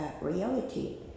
reality